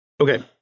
Okay